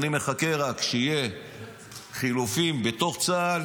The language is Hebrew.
אני מחכה רק שיהיו חילופים בתוך צה"ל,